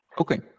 okay